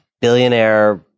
billionaire